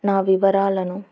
నా వివరాలను